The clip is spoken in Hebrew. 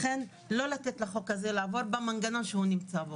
לכן לא לתת לחוק הזה לעבור במנגנון שהוא נמצא בו.